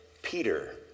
Peter